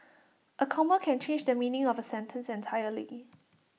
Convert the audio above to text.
A comma can change the meaning of A sentence entirely